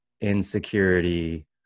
insecurity